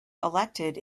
elected